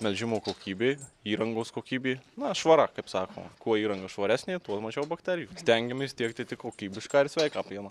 melžimo kokybė įrangos kokybė na švara kaip sakoma kuo įranga švaresnė tuo mažiau bakterijų stengiamės tiekti kokybišką ir sveiką pieną